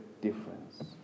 difference